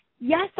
Yes